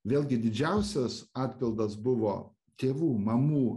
vėlgi didžiausias atpildas buvo tėvų mamų